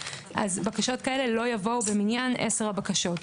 אז בקשות כאלה לא יבואו במניין 10 הבקשות,